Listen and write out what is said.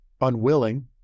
unwilling